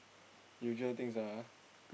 usual things ah